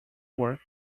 work